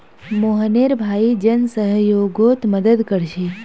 मोहनेर भाई जन सह्योगोत मदद कोरछे